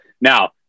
Now